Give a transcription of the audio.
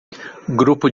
grupo